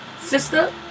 sister